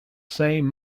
same